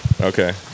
Okay